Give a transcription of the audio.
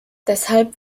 deshalb